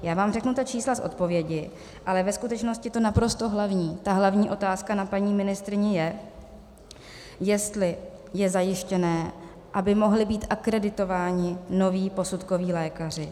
Já vám řeknu ta čísla z odpovědi, ale ve skutečnosti to naprosto hlavní, ta hlavní otázka na paní ministryni, je, jestli je zajištěno, aby mohli být akreditováni noví posudkoví lékaři.